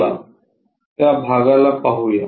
चला त्या भागाला पाहू या